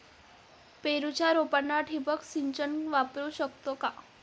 पेरूच्या रोपांना ठिबक सिंचन वापरू शकतो का?